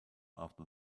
after